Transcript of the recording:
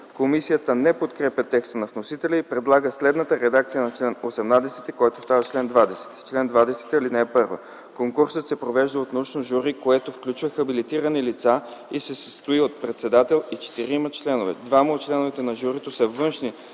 Комисията не подкрепя текста на вносителя и предлага следната редакция на чл. 18, който става чл. 20: „Чл. 20. (1) Конкурсът се провежда от научно жури, което включва хабилитирани лица и се състои от председател и четирима членове. Двама от членовете на журито са външни